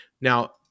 now